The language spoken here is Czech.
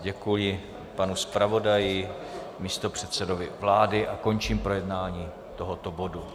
Děkuji panu zpravodaji, místopředsedovi vlády a končím projednání tohoto bodu.